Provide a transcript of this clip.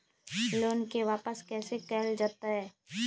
Loan के वापस कैसे कैल जतय?